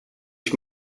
ich